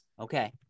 Okay